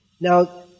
Now